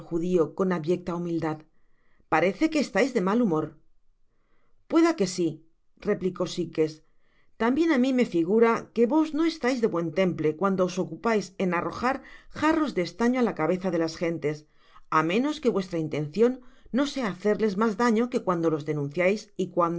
con abyeo ta humildad parece que estais de nial humor i i pueda que si replicó sikes tambien á mi se me figura que vos no estais de buen temple cuando os ocupais en arrojar jarros de estaño á la cabeza de las gentes á menos que vuestra intencion no sea hacerles mas daño que cuando los denunciais y